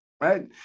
right